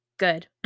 good